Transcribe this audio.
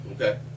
Okay